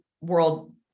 world